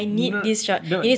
no no